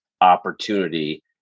opportunity